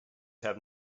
have